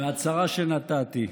בהצהרה שנתתי.